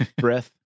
breath